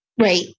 Right